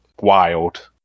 wild